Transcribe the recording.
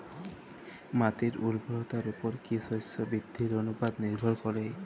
মাটির উর্বরতার উপর কী শস্য বৃদ্ধির অনুপাত নির্ভর করে?